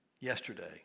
yesterday